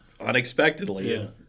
unexpectedly